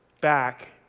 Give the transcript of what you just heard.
back